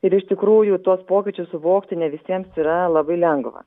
ir iš tikrųjų tuos pokyčius suvokti ne visiems yra labai lengva